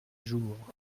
jour